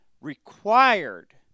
required